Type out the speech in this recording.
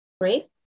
great